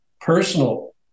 personal